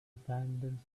abandons